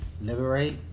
liberate